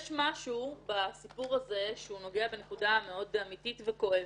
יש משהו בסיפור הזה שנוגע בנקודה מאוד אמיתית וכואבת.